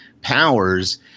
powers –